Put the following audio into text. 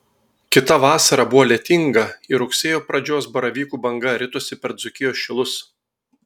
kita vasara buvo lietinga ir rugsėjo pradžios baravykų banga ritosi per dzūkijos šilus